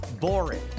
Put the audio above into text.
boring